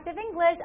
English